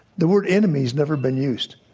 the word enemy has never been used.